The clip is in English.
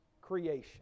creation